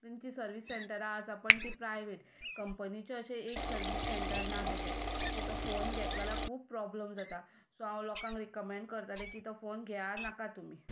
तांचीं सर्विस सँटरां आसा पूण तीं प्रायव्हेट कंपनीचें अशें एक सर्विस सँटर ना तांचें सो तो फोन घेतलो जाल्यार खूब प्रोबल्म जाता सो हांव लोकांक रिकमेन्ड करतलें की तो फोन घेयनाका तुमी